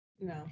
No